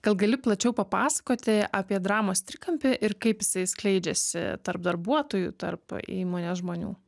gal gali plačiau papasakoti apie dramos trikampį ir kaip jisai skleidžiasi tarp darbuotojų tarp įmonės žmonių